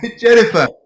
Jennifer